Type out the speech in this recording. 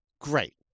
great